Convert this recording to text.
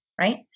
right